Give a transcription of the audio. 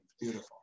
Beautiful